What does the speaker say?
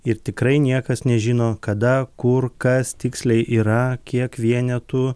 ir tikrai niekas nežino kada kur kas tiksliai yra kiek vienetų